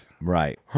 Right